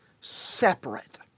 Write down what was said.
separate